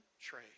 trade